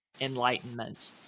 enlightenment